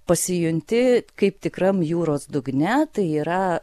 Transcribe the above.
pasijunti kaip tikram jūros dugne tai yra